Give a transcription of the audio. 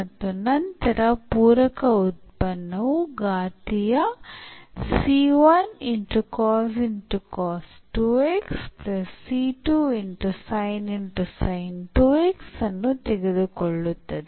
ಮತ್ತು ನಂತರ ಪೂರಕ ಉತ್ಪನ್ನವು ಘಾತೀಯ ಅನ್ನು ತೆಗೆದುಕೊಳ್ಳುತ್ತದೆ